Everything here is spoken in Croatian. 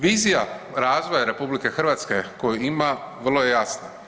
Vizija razvoja RH koju ima vrlo je jasna.